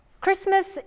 Christmas